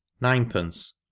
ninepence